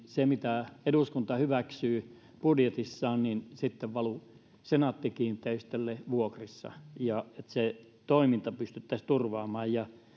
se mitä eduskunta hyväksyy budjetissaan sitten valu senaatti kiinteistöille vuokrissa ja että toiminta pystyttäisiin turvaamaan